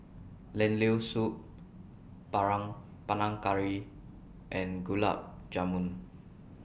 Lentil Soup Panang Panang Curry and Gulab Jamun